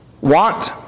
want